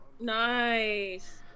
Nice